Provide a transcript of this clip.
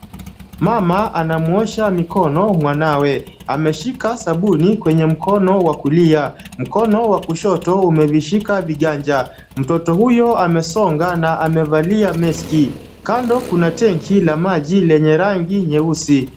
Mama anamwosha mikono mwanawe. Ameshika sabuni kwenye mkono wa kulia. Mkono wa kushoto umevishika viganja. Mtoto huyo amesonga na amevalia maski . Kando kuna tenki la maji lenye rangi nyeusi.